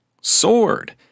sword